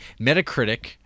Metacritic